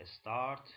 start